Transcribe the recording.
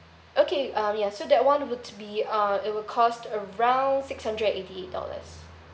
okay uh ya so that one would be uh it will cost around six hundred and eighty eight dollars